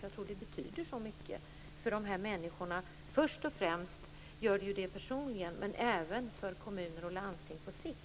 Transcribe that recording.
Jag tror att det betyder så mycket för de här människorna. Först och främst betyder det mycket för människorna personligen. Men det gör det även för kommuner och landsting på sikt.